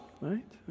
right